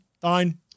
fine